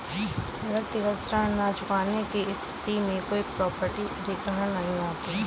व्यक्तिगत ऋण न चुकाने की स्थिति में कोई प्रॉपर्टी अधिग्रहण नहीं होता